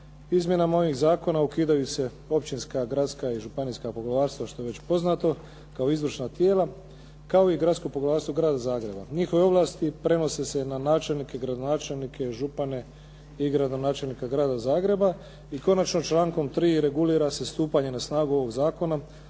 Izmjenama ovih zakona ukidaju se općinska, gradska i županijska poglavarstva što je već poznato, kao izvršna tijela, kao i Gradsko poglavarstvo Grada Zagreba. Njihove ovlasti prenose se na načelnike, gradonačelnike, župane i gradonačelnika Grada Zagreba. I konačno, člankom 3. regulira se stupanje na snagu ovog zakona